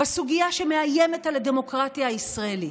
בסוגיה שמאיימת על הדמוקרטיה הישראלית.